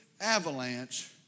avalanche